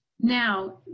Now